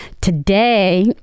today